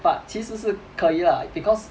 but 其实是可以 lah because